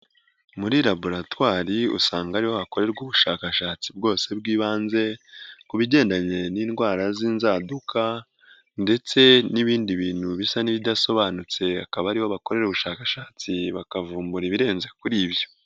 Muri laboratwari usanga ariho hakorerwa ubushakashatsi bwose bw'ibanze ku bigendanye n'indwara z'inzaduka ndetse n'ibindi bintu bisa n'ibidasobanutse, akaba ariho bakorera ubushakashatsi, bakavumbura ibirenze kuri ibyo.